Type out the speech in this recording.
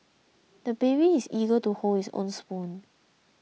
the baby is eager to hold his own spoon